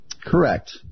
Correct